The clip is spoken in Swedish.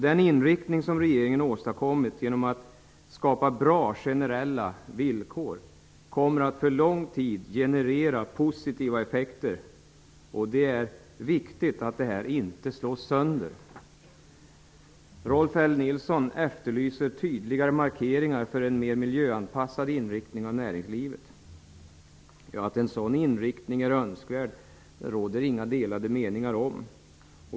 Den inriktning som regeringen har åstadkommit genom att skapa bra generella villkor kommer för lång tid att generera positiva effekter, och det är viktigt att detta inte slås sönder. Rolf L Nilson efterlyser tydligare markeringar för en mer miljöanpassad inriktning av näringslivet. Att en sådan inriktning är önskvärd råder det inga delade meningar om.